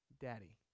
daddy